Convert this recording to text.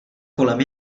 kolem